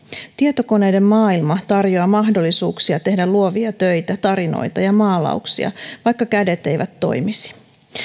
tietokoneiden maailma tarjoaa mahdollisuuksia tehdä luovia töitä tarinoita ja maalauksia vaikka kädet eivät toimisi